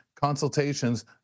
consultations